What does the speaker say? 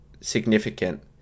significant